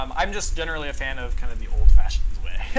um i'm just generally a fan of kind of the old-fashioned way.